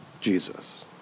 Jesus